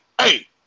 hey